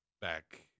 back